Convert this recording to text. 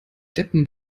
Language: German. deppen